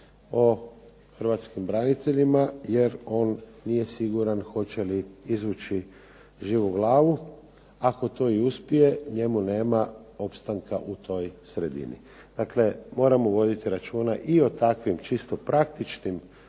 o hrvatskim braniteljima jer on nije siguran hoće li izvući živu glavu. Ako to i uspije njemu nema opstanka u toj sredini. Dakle, moramo voditi računa i o takvim čisto praktičnim